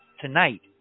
tonight